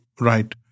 right